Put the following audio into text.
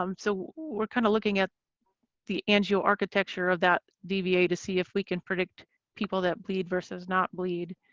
um so we're kind of looking at the angio-architecture of that dva dva to see if we can predict people that bleed versus not bleed.